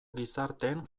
gizarteen